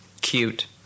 Cute